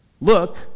Look